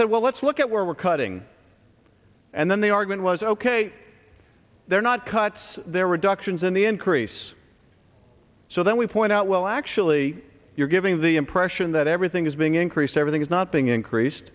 said well let's look at where we're cutting and then the argument was ok they're not cuts they're reduction in the increase so then we point out well actually you're giving the impression that everything is being increased everything is not being increased